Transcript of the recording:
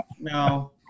no